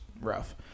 rough